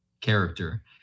character